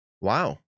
Wow